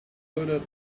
coated